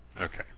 Okay